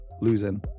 losing